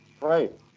Right